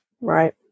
Right